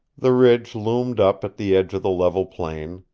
the ridge loomed up at the edge of the level plain,